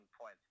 point